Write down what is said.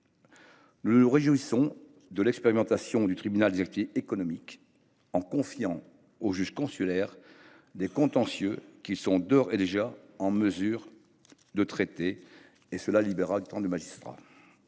Nous nous réjouissons de l’expérimentation du tribunal des activités économiques. En confiant aux juges consulaires des contentieux qu’ils sont d’ores et déjà en mesure de traiter, il libérera du temps pour les magistrats.